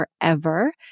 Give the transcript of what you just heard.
forever